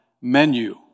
menu